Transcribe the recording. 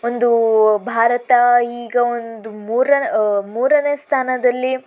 ಒಂದು ಭಾರತ ಈಗ ಒಂದು ಮೂರ ಮೂರನೇ ಸ್ಥಾನದಲ್ಲಿ